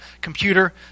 computer